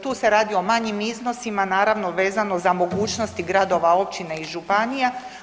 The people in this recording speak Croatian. Tu se radi o manjim iznosima naravno vezano za mogućnosti gradova, općina i županija.